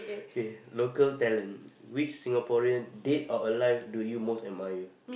kay local talent which Singapore dead or alive do you most admire